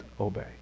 obey